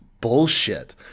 bullshit